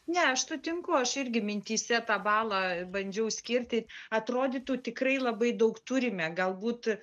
ne aš sutinku aš irgi mintyse tą balą bandžiau skirti atrodytų tikrai labai daug turime galbūt